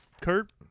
kurt